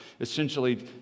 essentially